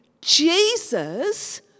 Jesus